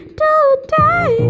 today